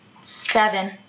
Seven